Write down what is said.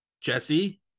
jesse